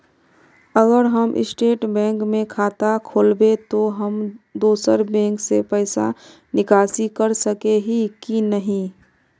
अगर हम state bank में खाता खोलबे तो हम दोसर बैंक से पैसा निकासी कर सके ही की नहीं?